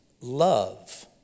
love